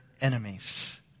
enemies